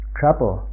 trouble